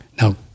Now